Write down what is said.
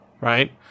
right